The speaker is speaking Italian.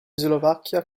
slovacchia